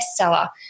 bestseller